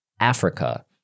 Africa